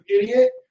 idiot